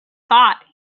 thought